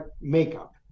makeup